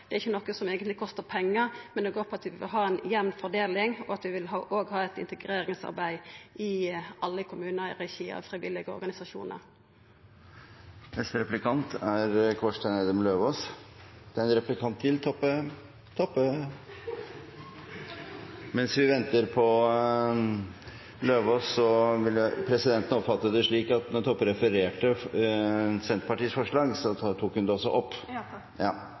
omdelt, er ikkje noko som eigentleg kostar pengar. Det går på at vi vil ha ei jamn fordeling, og at vi òg vil ha eit integreringsarbeid i alle kommunar i regi av frivillige organisasjonar. Presidenten oppfattet det slik at da representanten Kjersti Toppe refererte til Senterpartiets forslag, tok hun det også opp? Ja takk.